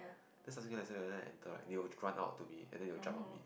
then start lesson right when I enter right they will run out to me and then they will jump on me